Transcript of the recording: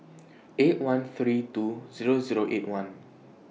eight one three two Zero Zero eight one